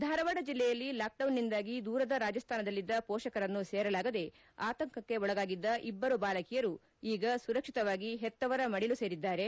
ಧಾರವಾಡ ಜಿಲ್ಲೆಯಲ್ಲಿ ಲಾಕ್ಡೌನ್ನಿಂದಾಗಿ ದೂರದ ರಾಜಸ್ತಾನದಲ್ಲಿದ್ದ ಶೋಷಕರನ್ನು ಸೇರಲಾಗದೆ ಆತಂಕಕ್ಕೆ ಒಳಗಾಗಿದ್ದ ಇಬ್ಬರು ಬಾಲಕಿಯರು ಈಗ ಸುರಕ್ಷಿತವಾಗಿ ಹೆತ್ತವರ ಮಡಿಲು ಸೇರಿದ್ದಾರೆ